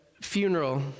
funeral